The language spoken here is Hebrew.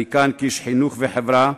אני כאן כאיש חינוך וחברה,